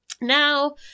Now